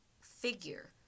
figure